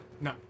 No